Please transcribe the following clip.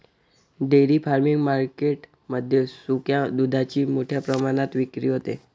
dairy farming market मध्ये सुक्या दुधाची मोठ्या प्रमाणात विक्री होते